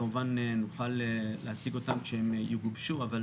כמובן, נוכל להציג אותם כשהם יגובשו, אבל